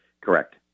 Correct